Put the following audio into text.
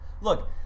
Look